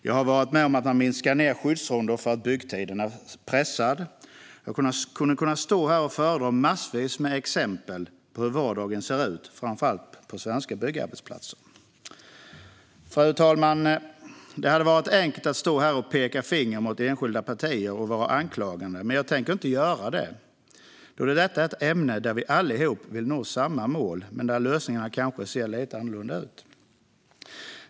Jag har varit med om att man minskar ned skyddsronder för att byggtiden är pressad. Jag skulle kunna stå här och föredra massvis med exempel på hur vardagen ser ut på framför allt svenska byggarbetsplatser. Fru talman! Det hade varit enkelt att stå här och peka finger mot enskilda partier och vara anklagande, men jag tänker inte göra det. Detta är ett ämne där vi allihop vill nå samma mål men där lösningarna kanske ser lite annorlunda ut.